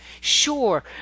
Sure